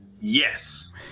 yes